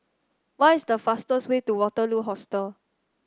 what is the fastest way to Waterloo Hostel